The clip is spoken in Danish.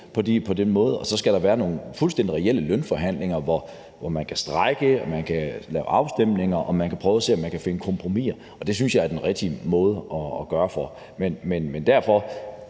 og så skal der være nogle fuldstændig reelle lønforhandlinger, hvor folk kan strejke, afholde afstemninger og prøve at se, om der kan findes kompromiser. Det synes jeg er den rigtige måde at gøre det på. Jeg forstår